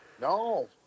No